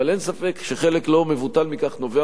אבל אין ספק שחלק לא מבוטל מכך נובע